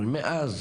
אבל מאז